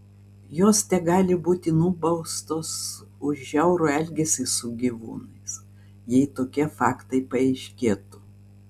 jos tegali būti nubaustos už žiaurų elgesį su gyvūnais jei tokie faktai paaiškėtų